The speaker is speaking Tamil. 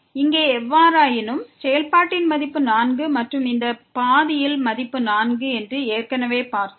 இங்கே எவ்வாறாயினும் செயல்பாட்டின் மதிப்பு 4 மற்றும் இந்த பாதையில் மதிப்பு 4 என்று ஏற்கனவே பார்த்தோம்